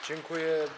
Dziękuję.